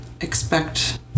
expect